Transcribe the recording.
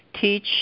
teach